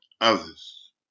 others